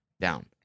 down